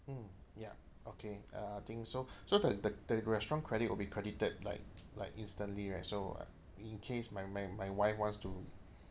mm ya okay uh I think so so the the restaurant credit will be credited like like instantly right so in case my my my wife wants to